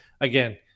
Again